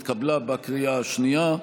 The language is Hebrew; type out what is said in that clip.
התקבלה בקריאה שנייה.